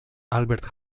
albert